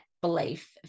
belief